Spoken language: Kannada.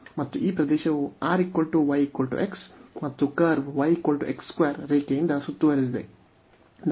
ಮತ್ತು ಈ ಪ್ರದೇಶವು R y x ಮತ್ತು ಕರ್ವ್ y ರೇಖೆಯಿಂದ ಸುತ್ತುವರೆದಿದೆ